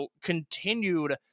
continued